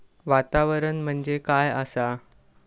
वातावरण म्हणजे काय आसा?